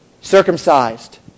circumcised